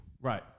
Right